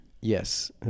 Yes